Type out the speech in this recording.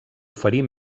oferir